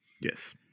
Yes